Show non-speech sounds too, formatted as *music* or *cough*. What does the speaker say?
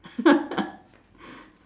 *laughs*